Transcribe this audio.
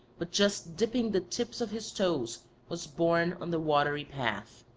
but just dipping the tips of his toes was borne on the watery path.